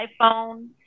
iPhone